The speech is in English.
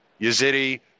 Yazidi